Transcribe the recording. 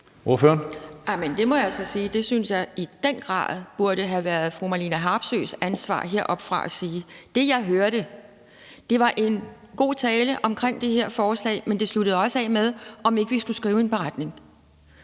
det synes jeg i den grad burde have været fru Marlene Harpsøes ansvar at sige heroppefra. Det, jeg hørte, var en god tale om det her forslag, men den sluttede også af med at foreslå, at vi skulle skrive en beretning,